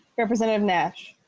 representative nash